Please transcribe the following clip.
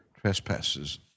trespasses